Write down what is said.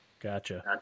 Gotcha